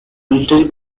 military